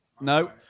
no